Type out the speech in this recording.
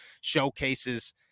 showcases